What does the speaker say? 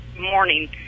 morning